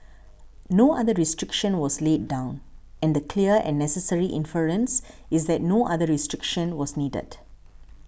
no other restriction was laid down and the clear and necessary inference is that no other restriction was needed